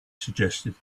suggested